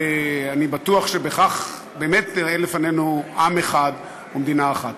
ואני בטוח שבכך באמת נראה לפנינו עם אחד ומדינה אחת.